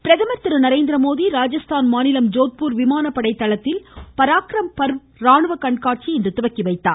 பிரதமர் திருநரேந்திரமோடி ராஜஸ்தான் மாநிலம் ஜோத்பூர் விமானப்படை தளத்தில் பராக்ரம் பர்வ் ராணுவ கண்காட்சியை இன்று துவக்கி வைத்தார்